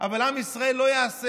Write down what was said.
אבל עם ישראל לא יעשה,